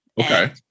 Okay